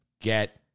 get